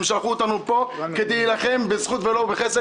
הם שלחו אותנו לפה כדי להילחם בזכות ולא בחסד.